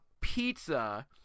pizza